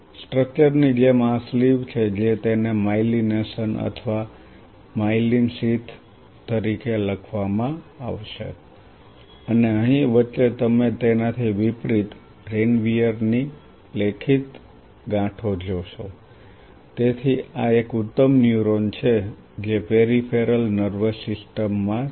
સ્ટ્રક્ચરની જેમ આ સ્લીવ છે જે તેને માયલિનેશન અથવા માયેલિન શીથ તરીકે લખવામાં આવશે અને અહીં વચ્ચે તમે તેનાથી વિપરીત રેનવીયર ની લેખિત ગાંઠો જોશો તેથી આ એક ઉત્તમ ન્યુરોન છે જે પેરિફેરલ નર્વસ સિસ્ટમ માં છે